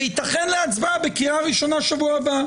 וייתן להצבעה בקריאה ראשונה שבוע הבא,